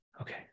Okay